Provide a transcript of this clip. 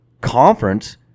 conference